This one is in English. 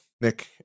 Nick